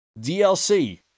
DLC